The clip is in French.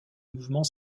mouvement